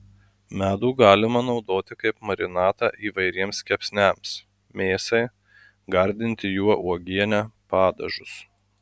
medų galima naudoti kaip marinatą įvairiems kepsniams mėsai gardinti juo uogienę padažus